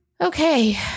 Okay